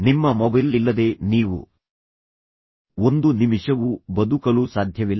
ನಿಮ್ಮ ಮೊಬೈಲ್ ಇಲ್ಲದೆ ನೀವು ಒಂದು ನಿಮಿಷವೂ ಬದುಕಲು ಸಾಧ್ಯವಿಲ್ಲ